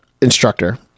instructor